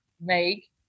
make